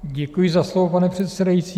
Děkuji za slovo, pane předsedající.